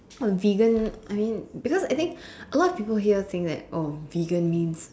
oh vegan I mean because I think a lot of people here think that oh vegan means